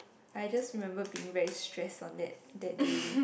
I just remember being very stress on that that day